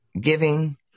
giving